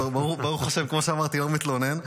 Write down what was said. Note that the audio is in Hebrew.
ברוך השם, כמו שאמרתי, אני לא מתלונן.